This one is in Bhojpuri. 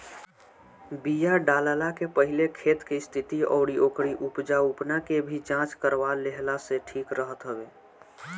बिया डालला के पहिले खेत के स्थिति अउरी ओकरी उपजाऊपना के भी जांच करवा लेहला से ठीक रहत हवे